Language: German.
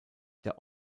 der